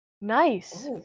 nice